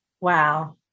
Wow